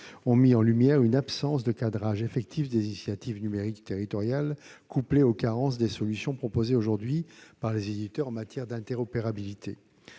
ont mis en lumière une absence de cadrage effectif des initiatives numériques territoriales, conjuguée aux carences des solutions proposées aujourd'hui par les éditeurs en matière d'interopérabilité.